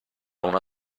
una